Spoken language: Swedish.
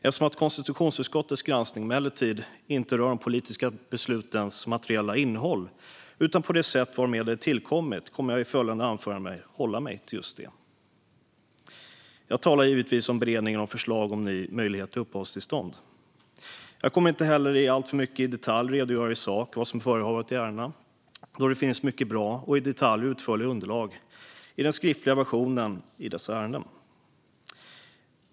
Eftersom konstitutionsutskottets granskning emellertid inte rör de politiska beslutens materiella innehåll utan det sätt på vilket de tillkommit kommer jag i mitt anförande att hålla mig till just det. Jag talar givetvis om beredningen av förslag om en ny möjlighet till uppehållstillstånd. Jag kommer inte heller alltför mycket i detalj att redogöra i sak för vad som förevarit i ärendena då det finns mycket bra och i detalj utförliga underlag i den skriftliga versionen av dessa ärenden.